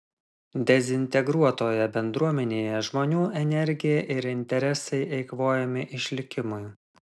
dezintegruotoje bendruomenėje žmonių energija ir interesai eikvojami išlikimui